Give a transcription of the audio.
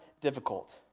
difficult